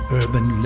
urban